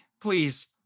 please